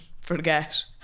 forget